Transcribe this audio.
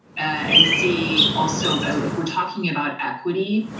and see, also, if we're talking about equity,